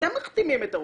אתם מכתימים את הרופאים,